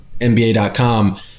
NBA.com